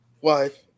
wife